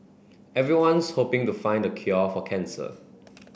everyone's hoping to find the cure for cancer